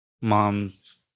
mom's